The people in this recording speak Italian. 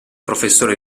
professore